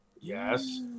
yes